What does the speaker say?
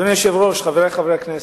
אדוני היושב-ראש, חברי חברי הכנסת,